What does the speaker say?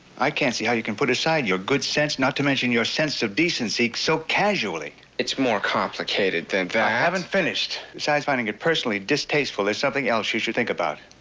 i can't see how you can put aside your good sense, not to mention your sense of decency, so casually. it's more complicated than that. i haven't finished. besides finding it personally distasteful, there's something else you should think about.